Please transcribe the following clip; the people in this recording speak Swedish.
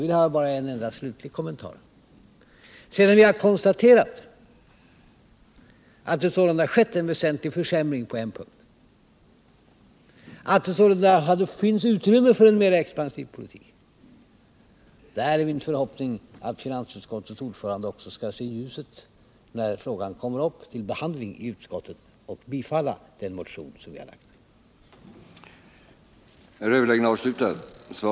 Jag har bara en enda slutlig kommentar: Sedan vi har konstaterat att det sålunda skett en väsentlig försämring på en punkt, att det sålunda finns utrymme för en mera expansiv politik, är det min förhoppning att finansutskottets ordförande också skall se ljuset när frågan kommer upp till behandling i utskottet och tillstyrka den motion som vi har lagt fram.